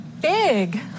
big